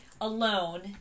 alone